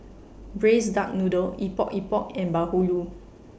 Braised Duck Noodle Epok Epok and Bahulu